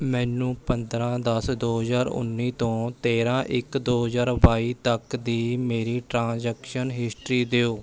ਮੈਨੂੰ ਪੰਦਰਾਂ ਦਸ ਦੋ ਹਜ਼ਾਰ ਉੱਨੀ ਤੋਂ ਤੇਰ੍ਹਾਂ ਇੱਕ ਦੋ ਹਜ਼ਾਰ ਬਾਈ ਤੱਕ ਦੀ ਮੇਰੀ ਟ੍ਰਾਂਜ਼ੈਕਸ਼ਨ ਹਿਸਟਰੀ ਦਿਓ